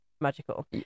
magical